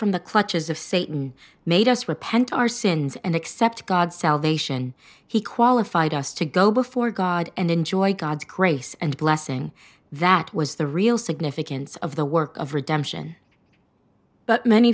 from the clutches of satan made us repent our sins and accept god's salvation he qualified us to go before god and enjoy god's grace and blessing that was the real significance of the work of redemption but many